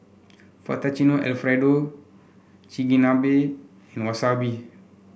Fettuccine Alfredo Chigenabe and Wasabi